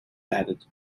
added